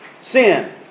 sin